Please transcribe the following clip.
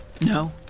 no